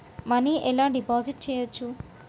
Money ఎలా deposit చేయచ్చు?